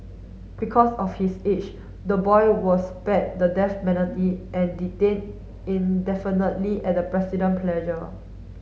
because of his age the boy was spared the death penalty and detained indefinitely at the President pleasure